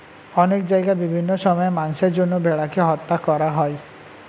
অনেক জায়গায় বিভিন্ন সময়ে মাংসের জন্য ভেড়াকে হত্যা করা হয়